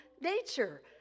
nature